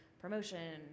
promotion